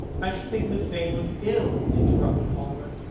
i should think miss vane was ill, interrupted hallward.